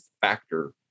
factor